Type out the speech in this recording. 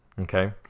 Okay